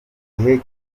gihe